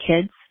kids